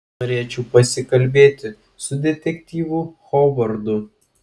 norėčiau pasikalbėti su detektyvu hovardu